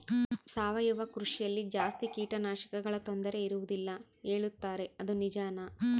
ಸಾವಯವ ಕೃಷಿಯಲ್ಲಿ ಜಾಸ್ತಿ ಕೇಟನಾಶಕಗಳ ತೊಂದರೆ ಇರುವದಿಲ್ಲ ಹೇಳುತ್ತಾರೆ ಅದು ನಿಜಾನಾ?